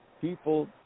people